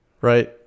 Right